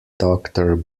doctor